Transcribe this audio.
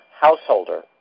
Householder